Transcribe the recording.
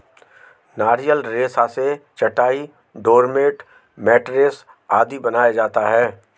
नारियल रेशा से चटाई, डोरमेट, मैटरेस आदि बनाया जाता है